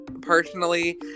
personally